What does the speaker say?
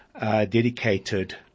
dedicated